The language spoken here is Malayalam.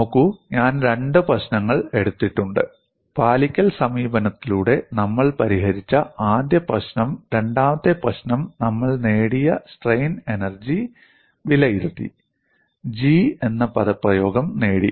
നോക്കൂ ഞാൻ 2 പ്രശ്നങ്ങൾ എടുത്തിട്ടുണ്ട് പാലിക്കൽ സമീപനത്തിലൂടെ നമ്മൾ പരിഹരിച്ച ആദ്യ പ്രശ്നം രണ്ടാമത്തെ പ്രശ്നം നമ്മൾ സ്ട്രെയിൻ എനർജി വിലയിരുത്തി G എന്ന പദപ്രയോഗം നേടി